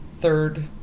third